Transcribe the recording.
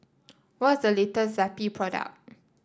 what's the latest Zappy product